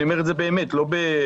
ואני אומר את זה בכנות ולא בציניות,